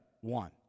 One